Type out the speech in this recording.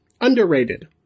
underrated